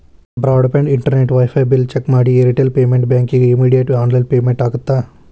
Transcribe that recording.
broad band internet wifi bill check ಮಾಡಿ Airtel payment ಬ್ಯಾಂಕಿಗಿ immediate online payment ಆಗತ್ತಾ